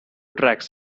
tracks